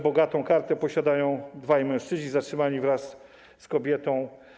Bogatą kartę posiadają także dwaj mężczyźni zatrzymani wraz z kobietą.